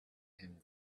him